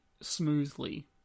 smoothly